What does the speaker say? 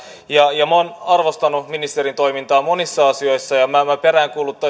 minä olen arvostanut ministerin toimintaa monissa asioissa ja myös minä peräänkuuluttaisin johtajuutta